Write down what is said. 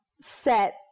set